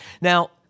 Now